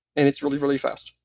and it's really, really fast.